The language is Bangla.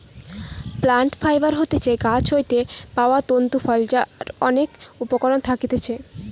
প্লান্ট ফাইবার হতিছে গাছ হইতে পাওয়া তন্তু ফল যার অনেক উপকরণ থাকতিছে